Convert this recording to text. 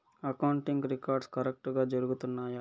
accounting records కరెక్టుగా జరుగుతున్నాయా